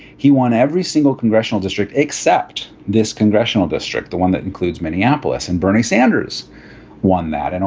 he won every single congressional district except this congressional district, the one that includes minneapolis. and bernie sanders won that. and